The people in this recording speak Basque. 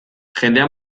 jendea